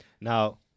Now-